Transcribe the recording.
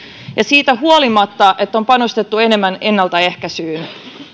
ja siitä huolimatta että on panostettu enemmän ennaltaehkäisyyn